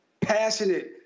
passionate